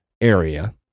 area